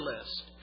list